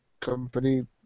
company